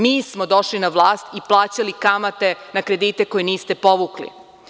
Mi smo došli na vlast i plaćali kamate na kredite koje niste povukli.